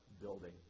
building